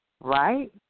right